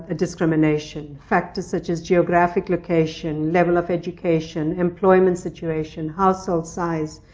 ah discrimination. factors such as geographic location, level of education, employment situation, household size,